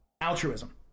Altruism